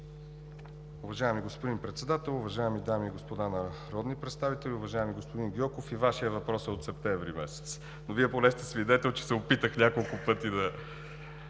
Уважаеми господин Председател, уважаеми дами и господа народни представители! Уважаеми господин Гьоков, и Вашият въпрос е от септември месец, но Вие поне сте свидетел, че се опитах няколко пъти да...